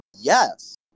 yes